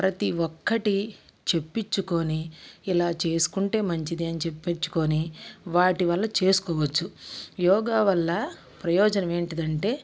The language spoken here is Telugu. ప్రతి ఒక్కటి చెప్పిచ్చుకుని ఇలా చేసుకుంటే మంచిది అని చెప్పిచ్చుకుని వాటి వల్ల చేసుకోవచ్చు యోగ వల్ల ప్రయోజనం ఏంటిదంటే